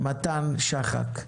מתן שחק,